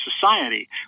society